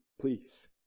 Please